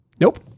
Nope